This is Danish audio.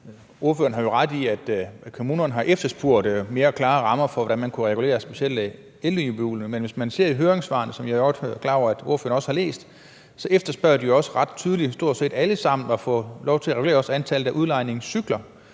Ordføreren har jo ret i, at kommunerne har efterspurgt mere klare rammer for, hvordan man kunne regulere specielt elløbehjulene, men hvis man ser i høringssvarene, som jeg godt er klar over ordføreren også har læst, så efterspørger stort set alle sammen jo ret tydeligt at få lov til at regulere også antallet af udlejningscykler.